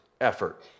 effort